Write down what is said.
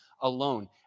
alone